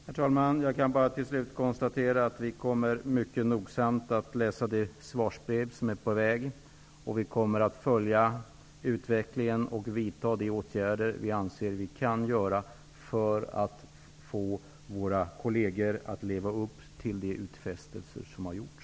Herr talman! Jag skall till slut bara konstatera att vi mycket nogsamt kommer att läsa det svarsbrev som är på väg. Vi kommer att följa utvecklingen och vidta de åtgärder vi anser vi kan vidta för att få våra kolleger att leva upp till de utfästelser som har gjorts.